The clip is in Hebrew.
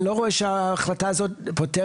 אני לא רואה שההחלטה הזאת פותרת,